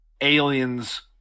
aliens